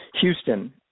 Houston